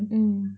mm